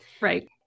Right